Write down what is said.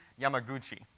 Yamaguchi